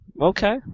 Okay